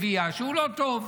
מביאה, שהוא לא טוב,